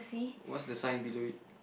what's the sign below it